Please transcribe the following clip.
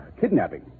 kidnapping